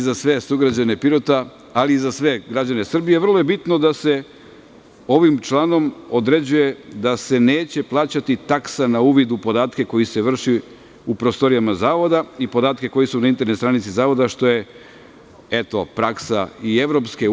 Za sve građane Pirota, ali i za sve građane Srbije vrlo je bitno da se ovim članom određuje da se neće plaćati taksa na uvid u podatke koji se vrši u prostorijama zavoda i podatke koji su na internet stranici zavoda, što je praksa i EU.